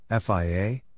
FIA